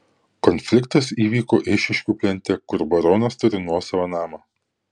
konfliktas įvyko eišiškių plente kur baronas turi nuosavą namą